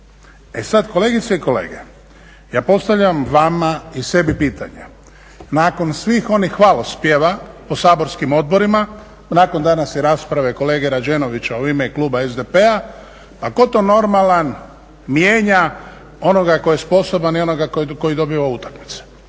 E sad, kolegice i kolege, ja postavljam vama i sebi pitanje, nakon svih onih hvalospjeva po saborskim odborima, nakon današnje rasprave kolege Rađenovića u ime kluba SDP-a, pa ko to normalan mijenja onoga tko je sposoban i onoga koji dobiva utakmice?